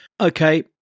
Okay